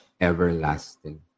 everlasting